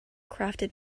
crafted